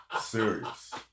Serious